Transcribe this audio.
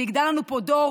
ויגדל לנו פה דור